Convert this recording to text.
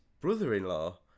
brother-in-law